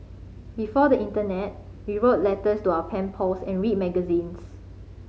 before the internet we wrote letters to our pen pals and read magazines